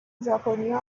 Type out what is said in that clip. ژاپنیا